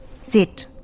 Sit